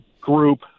group